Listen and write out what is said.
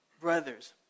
brothers